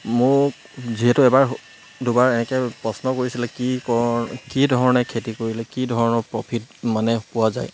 মোক যিহেতু এবাৰ দুবাৰ এনেকৈ প্ৰশ্ন কৰিছিলে কি কৰ কি ধৰণে খেতি কৰিলে কি ধৰণৰ প্ৰফিট মানে পোৱা যায়